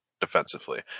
defensively